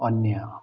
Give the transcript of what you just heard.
अन्य